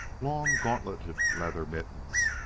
long-gauntleted leather mittens,